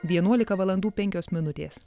vienuolika valandų penkios minutės